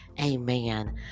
Amen